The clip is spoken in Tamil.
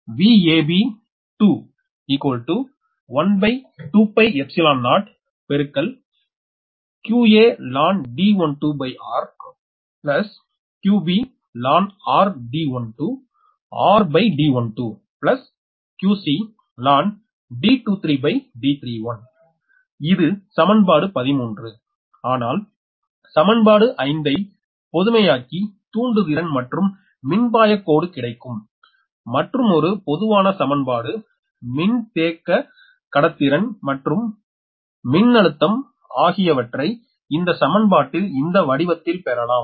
எனவே Vab 120qaln D12rqbln r D12 rD12qcln D23D31 இது சமன்பாடு 13 ஆனால் சமன்பாடு 5 ஐ பொதுமையாக்கி தூண்டுதிறன் மற்றும் மின்பாயக் கோடு கிடைக்கும் மற்றுமொரு பொதுவான சமன்பாடு மின்தேக்கடத்திறன் மற்றும் மின்னழுத்தம் அகைவயவற்றை இந்த சமன்பாட்டில் இந்த வடிவத்தில் பெறலாம்